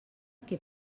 que